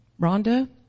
Rhonda